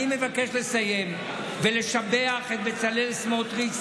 אני מבקש לסיים ולשבח את בצלאל סמוטריץ',